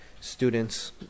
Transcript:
students